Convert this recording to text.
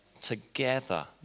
together